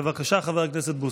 בבקשה, חבר הכנסת בוסו.